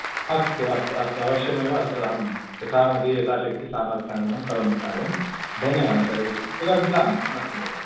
अस्तु अस्तु अस्तु अवश्यमेव अत्र अहं यथामति यथाशक्ति सामर्थ्यानुगुणं करोमि कार्यं धन्यवादः तर्हि पुनर्मिलामः अस्तु महोदय